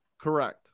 correct